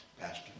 Pastor